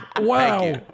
Wow